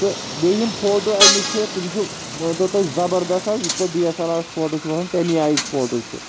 تہٕ بیٚیہِ یِم فوٹو اَمِکۍ چھِ تِم چھِ مٲنتو تُہۍ زَبردس حظ یِتھ پٲٹھۍ ڈی اٮ۪س اٮ۪ل آرَس فوٹو چھِ وۄتھان تَمی آیِکۍ فوٹو چھِ